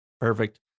Perfect